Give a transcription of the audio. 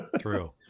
True